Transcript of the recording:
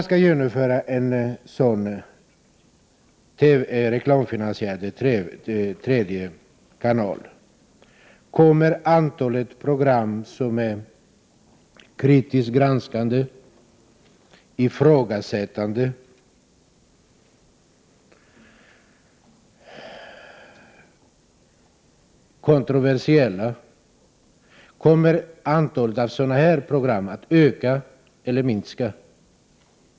Kommer antalet program som är kritiskt granskande, ifrågasättande, kontroversiella att öka eller minska?